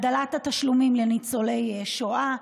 את הגדלת התשלומים לניצולי שואה,